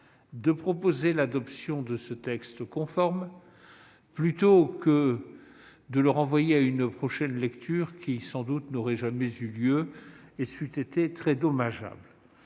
de proposer l'adoption conforme de ce texte plutôt que de le renvoyer à une prochaine lecture, qui, sans doute, n'aurait jamais eu lieu, ce qui eût été très dommageable.